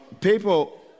people